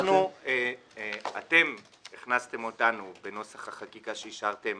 אתם הכנסתם אותנו בנוסח החקיקה שאישרתם